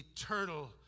eternal